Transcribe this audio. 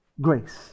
Grace